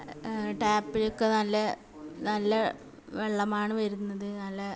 ടാപ്പിലൊക്കെ നല്ല നല്ല വെള്ളമാണ് വരുന്നത് നല്ല